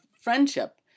friendship